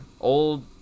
Old